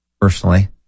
personally